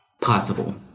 possible